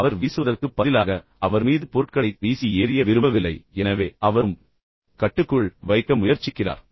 அவர் வீசுவதற்குப் பதிலாக அவர் மீது பொருட்களைத் வீசி ஏறிய விரும்பவில்லை எனவே அவரும் அதைக் கட்டுக்குள் வைக்க முயற்சிக்கிறார்